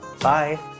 Bye